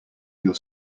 your